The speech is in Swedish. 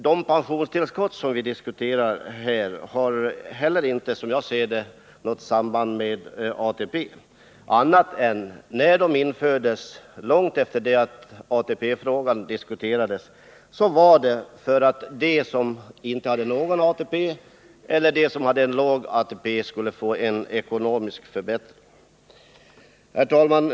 De pensionstillskott som vi diskuterar här har heller inte, som jag ser det, något samband med ATP annat än att när de infördes, långt efter det att ATP-frågan debatterades, var det för att de som inte har någon ATP eller de som hade låg ATP skulle få en ekonomisk förbättring. Herr talman!